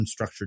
unstructured